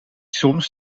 soms